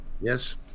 Yes